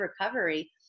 recovery